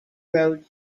road